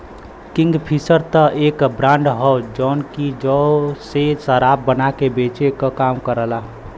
Kingfisher त एक brand हौ जौन की जौ से शराब बना के बेचे क काम करला